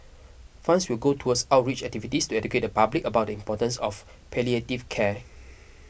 funds will go towards outreach activities to educate the public about the importance of palliative care